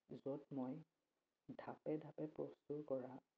য'ত মই ধাপে ধাপে প্ৰস্তুত কৰা